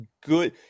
good